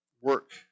work